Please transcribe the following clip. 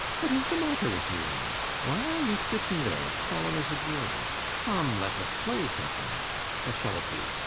what is the matter with you all? why are you sitting there as solemn as a jury? come, let us play something what shall it be?